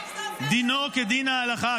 דינו כדין ההלכה.